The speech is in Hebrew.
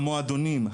המועדונים,